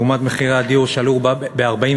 לעומת מחירי הדיור שעלו ב-45%,